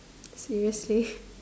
seriously